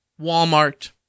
Walmart